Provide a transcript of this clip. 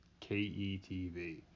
KETV